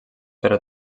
però